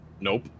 Nope